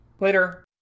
Later